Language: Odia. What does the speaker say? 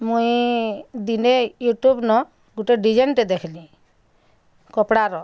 ମୁଇଁ ଦିନେ ୟୁଟୁବ୍ନ ଗୁଟେ ଡିଜାଇନ୍ଟେ ଦେଖ୍ଲିଁ କପ୍ଡ଼ାର